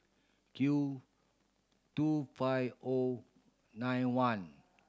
Q two five O nine one